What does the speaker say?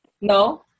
No